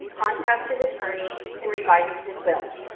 contacts his attorney, and revises his will.